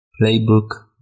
playbook